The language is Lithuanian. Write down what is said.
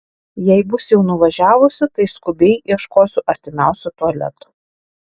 jei bus jau nuvažiavusi tai skubiai ieškosiu artimiausio tualeto